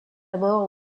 mort